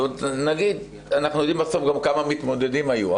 אנחנו גם יודעים כמה מתמודדים היו.